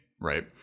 right